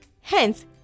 Hence